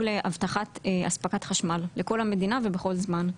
להבטחת אספקת חשמל לכל המדינה ובכל זמן.